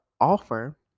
offer